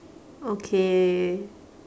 okay